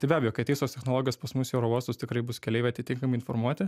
tai be abejo kai ateis tos technologijos pas mus į oro uostus tikrai bus keleiviai atitinkamai informuoti